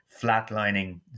flatlining